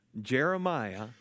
Jeremiah